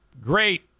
great